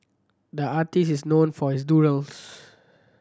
the artist is known for his doodles